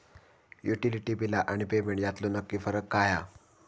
Utility बिला आणि payment यातलो नक्की फरक काय हा?